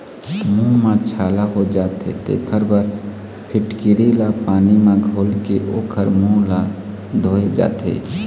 मूंह म छाला हो जाथे तेखर बर फिटकिरी ल पानी म घोलके ओखर मूंह ल धोए जाथे